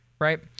right